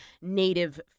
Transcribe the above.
Native